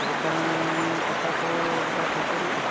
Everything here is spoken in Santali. ᱛᱚᱵᱮ ᱠᱷᱟᱱ ᱠᱟᱛᱷᱟ ᱠᱚ ᱜᱚᱴᱟ ᱴᱷᱟᱹᱣᱠᱟᱹᱣᱱᱟ ᱛᱚ